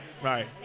right